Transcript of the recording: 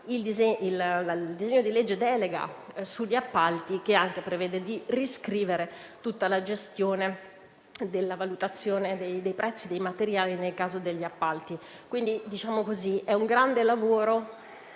il disegno di legge delega sugli appalti, che prevede anche di riscrivere tutta la gestione della valutazione dei prezzi dei materiali nel caso degli appalti. Si tratta di un grande lavoro